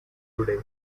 today